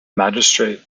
magistrate